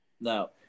No